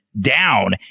Down